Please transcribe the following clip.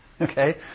Okay